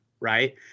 right